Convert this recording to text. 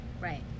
Right